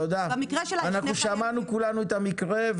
אנחנו שמענו כולנו את המקרה.